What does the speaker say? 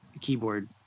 keyboard